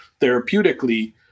therapeutically